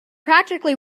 practically